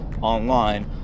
online